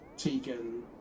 Tegan